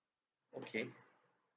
okay